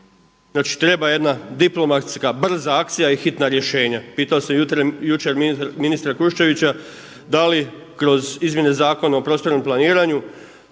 Znači treba jedna diplomatsk brza akcija i hitna rješenja. Pitao sam jučer ministra Kuščevića da li kroz Izmjene zakona o prostornom planiranju